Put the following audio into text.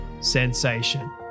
sensation